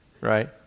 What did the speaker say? right